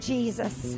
Jesus